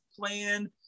plan